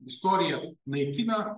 istorija naikina